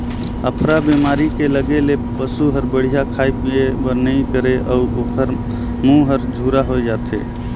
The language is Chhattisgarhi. अफरा बेमारी के लगे ले पसू हर बड़िहा खाए पिए बर नइ करे अउ ओखर मूंह हर झूरा होय जाथे